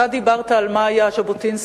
אתה דיברת על מה היה ז'בוטינסקי,